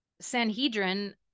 Sanhedrin